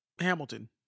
Hamilton